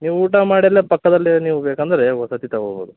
ನೀವು ಊಟ ಮಾಡಿ ಅಲ್ಲೆ ಪಕ್ಕದಲ್ಲೆ ನೀವು ಬೇಕೆಂದರೆ ವಸತಿ ತಗೋಬೋದು